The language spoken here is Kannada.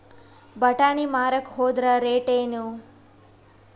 ಬಟಾನಿ ಮಾರಾಕ್ ಹೋದರ ರೇಟೇನು?